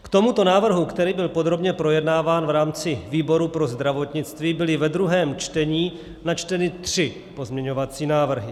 K tomuto návrhu, který byl podrobně projednáván v rámci výboru pro zdravotnictví, byly ve druhém čtení načteny tři pozměňovací návrhy.